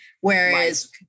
Whereas